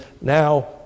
Now